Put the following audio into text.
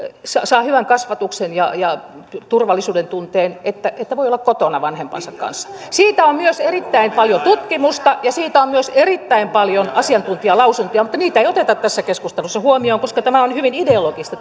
saa hyvän kasvatuksen ja ja turvallisuuden tunteen kun voi olla kotona vanhempansa kanssa siitä on myös erittäin paljon tutkimusta ja siitä on myös erittäin paljon asiantuntijalausuntoja mutta niitä ei oteta tässä keskustelussa huomioon koska tämä keskustelu on hyvin ideologista